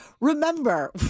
remember